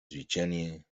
zwyczajnie